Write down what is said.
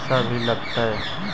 पैसा भी लगतय?